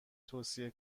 توصیه